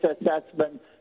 assessment